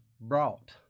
brought